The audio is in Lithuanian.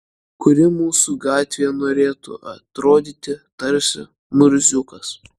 kuri mūsų gatvėje norėtų atrodyti tarsi murziukas